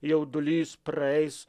jaudulys praeis